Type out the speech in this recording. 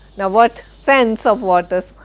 now what sense of water,